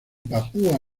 papúa